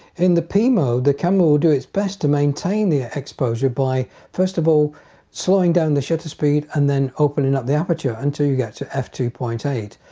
in the p mode the camera will do its best to maintain the exposure by first of all slowing down the shutter speed and then opening up the aperture until you get to f two point eight.